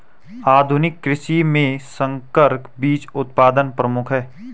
आधुनिक कृषि में संकर बीज उत्पादन प्रमुख है